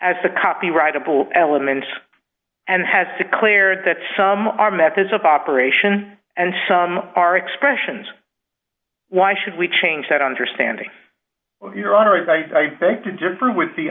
as the copyrightable elements and has declared that some are methods of operation and some are expressions why should we change that understanding your honor is i beg to differ with the